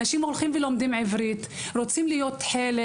אנשים הולכים ללמוד עברית ורוצים להיות חלק.